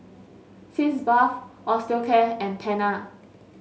Sitz Bath Osteocare and Tena